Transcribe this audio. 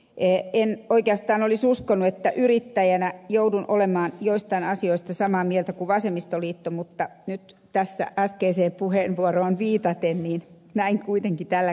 en oikeastaan olisi uskonut että yrittäjänä joudun olemaan joistain asioista samaa mieltä kuin vasemmistoliitto mutta nyt äskeiseen puheenvuoroon viitaten näin kuitenkin tällä kerralla on